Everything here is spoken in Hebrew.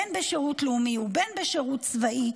בין בשירות לאומי ובין בשירות צבאי,